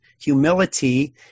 humility